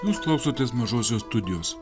jūs klausotės mažosios studijos